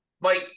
Mike